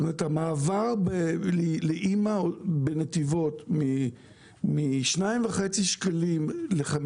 המעבר לאימא בנתיבות מ-2.5 שקלים ל-5